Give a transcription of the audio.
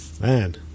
Man